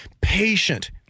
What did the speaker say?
patient